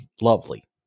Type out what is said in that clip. lovely